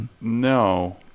no